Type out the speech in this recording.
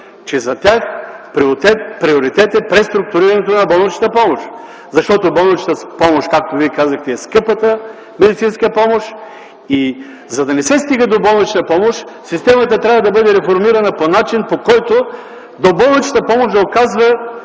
че за тях приоритет е преструктурирането на болничната помощ, защото тя е скъпата медицинска помощ. За да не се стига до болнична помощ системата трябва да бъде реформирана по начин, по който доболничната помощ да оказва